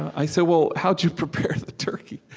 i said, well, how'd you prepare the turkey?